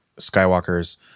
skywalker's